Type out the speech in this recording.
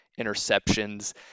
interceptions